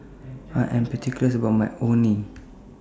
I Am particulars about My Orh Nee